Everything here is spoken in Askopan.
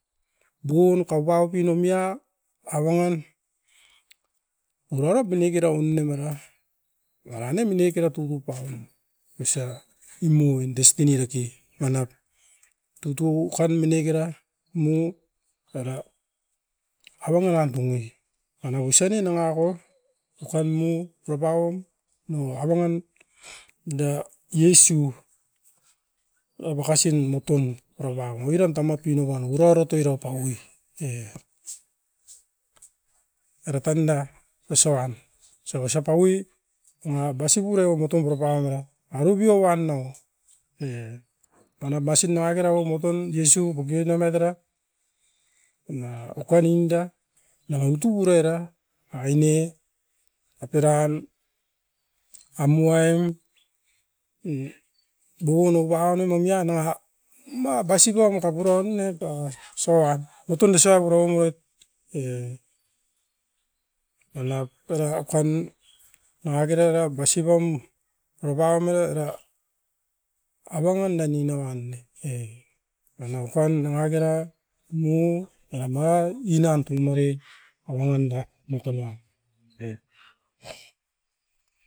Vovon mine kera era avangan ninauan era. Osan nanga masiparait ne omain toton uakanuan.